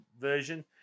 version